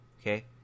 Okay